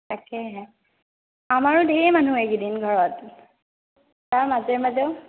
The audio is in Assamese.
তাকেহে আমাৰো ধেৰ মানুহ এইকেইদিন ঘৰত তাৰ মাজে মাজে